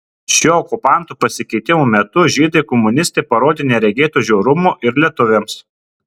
šiuo okupantų pasikeitimo metu žydai komunistai parodė neregėto žiaurumo ir lietuviams